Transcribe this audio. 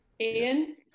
Ian